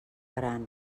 gran